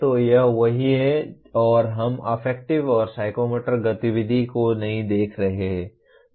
तो यह वही है और हम अफेक्टिव और साइकोमोटर गतिविधि को नहीं देख रहे हैं